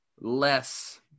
less